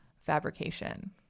fabrication